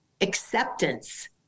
acceptance